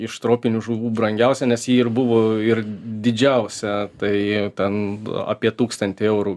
iš tropinių žuvų brangiausia nes ji ir buvo ir didžiausia tai ten apie tūkstantį eurų